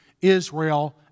Israel